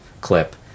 clip